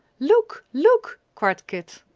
look! look! cried kit.